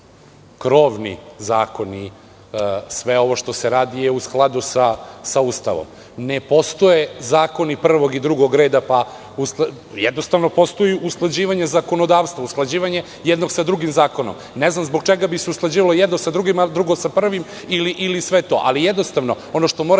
krovni zakon i sve ovo što se radi je u skladu sa Ustavom. Ne postoje zakoni prvog i drugog reda. Jednostavno, postoji usklađivanje zakonodavstva, usklađivanje jednog sa drugim zakonom. Ne znam zbog čega bi se usklađivalo jedno sa drugim, a drugo sa prvim ili sve to? Ono što morate